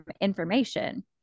information